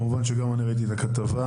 כמובן שגם אני ראיתי את הכתבה.